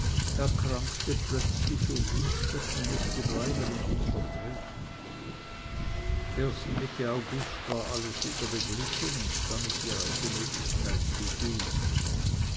erkrankte plötzlich und innstetten mußte bleiben und ihn vertreten erst mitte august war alles wieder beglichen und damit die reisemöglichkeit gegeben